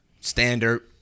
standard